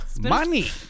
Money